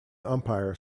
umpire